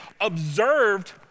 observed